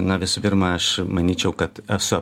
na visų pirma aš manyčiau kad esu